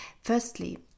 firstly